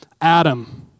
Adam